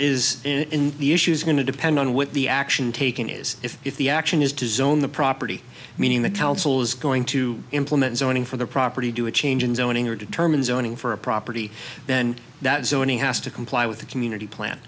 is in the issues going to depend on with the action taken is if the action is to zone the property meaning the council is going to implement zoning for their property do a change in zoning or determined zoning for a property then that zoning has to comply with the community plan